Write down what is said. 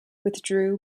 withdrew